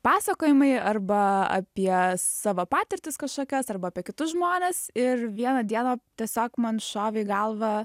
pasakojimai arba apie savo patirtis kažkokias arba apie kitus žmones ir vieną dieną tiesiog man šovė į galvą